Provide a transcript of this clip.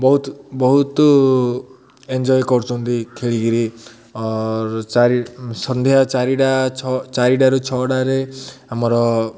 ବହୁତ ବହୁତ ଏନ୍ଜଏ୍ କରୁଛନ୍ତି ଖେଳିକିରି ଅର୍ ଚାରି ସନ୍ଧ୍ୟା ଚାରିଟା ଛଅ ଚାରିଟାରୁ ଛଅଟାରେ ଆମର